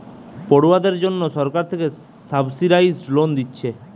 পড়ুয়াদের জন্যে সরকার থিকে সাবসিডাইস্ড লোন দিচ্ছে